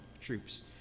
troops